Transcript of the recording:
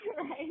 Right